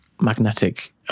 magnetic